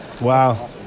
wow